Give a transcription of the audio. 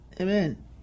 Amen